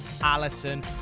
Alison